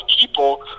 people